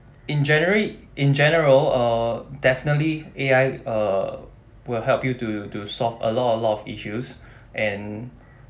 in january in general uh definitely A_I uh will help you to to solve a lot of a lot of issues and